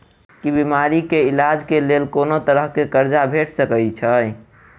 की बीमारी कऽ इलाज कऽ लेल कोनो तरह कऽ कर्जा भेट सकय छई?